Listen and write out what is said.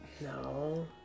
No